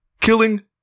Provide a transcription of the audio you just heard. killing